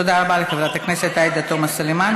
תודה רבה לחברת הכנסת עאידה תומא סלימאן.